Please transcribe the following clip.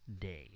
day